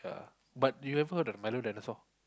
but you have heard the milo dinosaur